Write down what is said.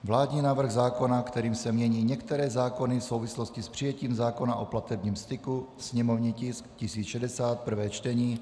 Vládní návrh zákona, kterým se mění některé zákony v souvislosti s přijetím zákona o platebním styku /sněmovní tisk 1060/ prvé čtení